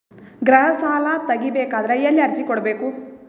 ಗೃಹ ಸಾಲಾ ತಗಿ ಬೇಕಾದರ ಎಲ್ಲಿ ಅರ್ಜಿ ಕೊಡಬೇಕು?